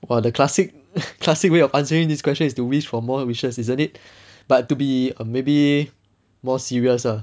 oh the classic classic way of answering this question is do wish for more wishes isn't it but to be um maybe more serious ah